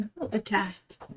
Attacked